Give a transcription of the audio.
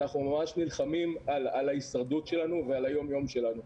אנחנו ממש נלחמים על ההישרדות שלנו ועל היומיום שלנו.